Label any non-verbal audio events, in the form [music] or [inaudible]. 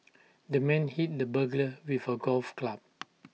the man hit the burglar with A golf club [noise]